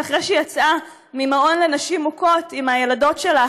שאחרי שהיא יצאה ממעון לנשים מוכות עם הילדות שלה,